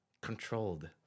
Controlled